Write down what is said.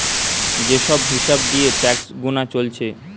যে সব হিসাব দিয়ে ট্যাক্স গুনা চলছে